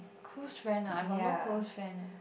close friend ah I got no close friend eh